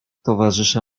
towarzysze